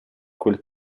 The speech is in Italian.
quel